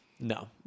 No